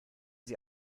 sie